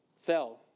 Fell